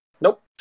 Nope